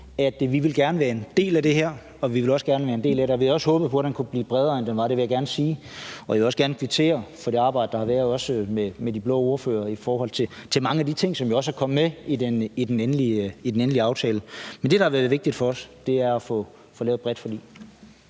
at vi gerne ville være en del af det her, og vi ville også gerne være en del af aftalen, og vi havde også håbet på, at den kunne blive bredere, end den var, det vil jeg gerne sige. Jeg vil også gerne kvittere for det arbejde, der har været, med de blå ordførere og mange af de ting, som jo er kommet med i den endelige aftale. Men det, der har været vigtigt for os, har været at få lavet et bredt forlig.